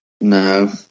no